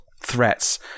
Threats